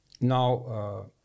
Now